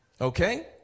Okay